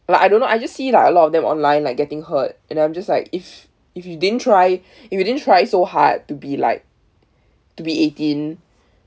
like I don't know I just see like a lot of them online like getting hurt and I'm just like if if you didn't try if you didn't try so hard to be like to be eighteen